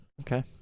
okay